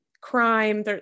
crime